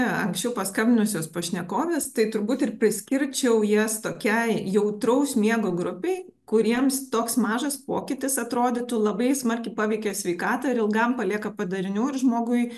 anksčiau paskambinusios pašnekovės tai turbūt ir priskirčiau jas tokiai jautraus miego grupei kuriems toks mažas pokytis atrodytų labai smarkiai paveikia sveikatą ir ilgam palieka padarinių ir žmogui